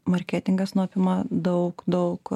marketingas nu apima daug daug